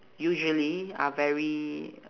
usually are very